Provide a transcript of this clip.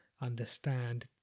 understand